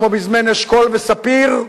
כמו בימי אשכול וספיר,